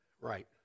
Right